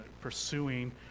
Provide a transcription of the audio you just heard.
pursuing